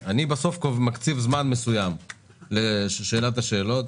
אני מקציב זמן מסוים לשאילת השאלות.